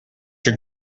your